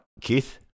Keith